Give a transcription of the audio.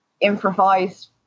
improvise